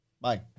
bye